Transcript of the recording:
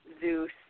Zeus